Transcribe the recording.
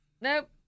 Nope